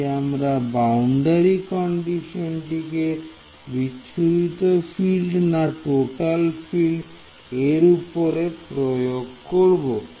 তাই আমরা বাউন্ডারি কন্ডিশনটাকে বিচ্ছুরিত ফিল্ড না টোটাল ফিল্ড এর উপর প্রয়োগ করব